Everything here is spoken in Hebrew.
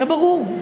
היה ברור.